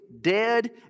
dead